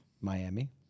Miami